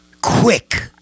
Quick